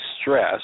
stress